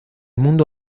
mundo